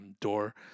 door